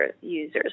users